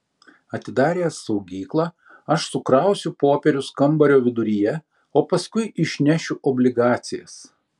atidaręs saugyklą aš sukrausiu popierius kambario viduryje o paskui išnešiu obligacijas